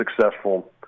successful